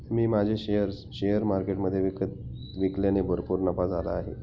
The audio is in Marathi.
मी माझे शेअर्स शेअर मार्केटमधे विकल्याने भरपूर नफा झाला आहे